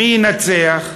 מי ינצח?